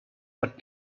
but